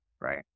right